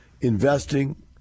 investing